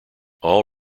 all